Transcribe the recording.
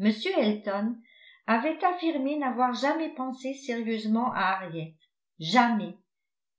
m elton avait affirmé n'avoir jamais pensé sérieusement à harriet jamais